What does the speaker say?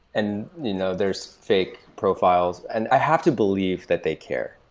and you know there's fake profiles. and i have to believe that they care.